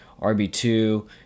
RB2